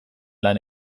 lan